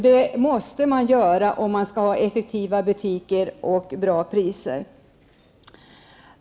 Det måste man göra om man skall ha effektivt drivna butiker och bra priser.